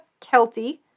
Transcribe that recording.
Kelty